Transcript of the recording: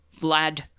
Vlad